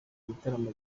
gitaramo